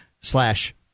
slash